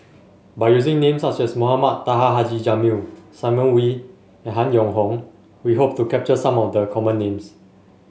by using names such as Mohamed Taha Haji Jamil Simon Wee and Han Yong Hong we hope to capture some of the common names